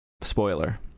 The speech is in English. Spoiler